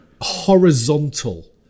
horizontal